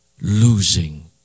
losing